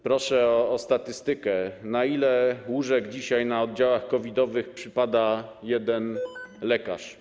Proszę o statystykę, na ile łóżek dzisiaj na oddziałach COVID-owych przypada jeden lekarz.